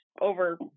over